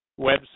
website